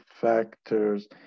factors